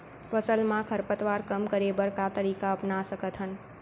फसल मा खरपतवार कम करे बर का तरीका अपना सकत हन?